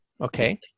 Okay